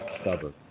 stubborn